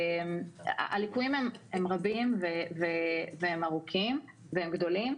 הליקויים הם רבים והם ארוכים והם גדולים.